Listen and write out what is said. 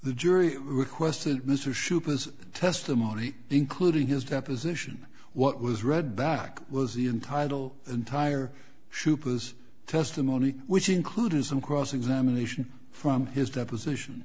the jury requested mr shoop as testimony including his deposition what was read back was the entitle entire shoop was testimony which included some cross examination from his deposition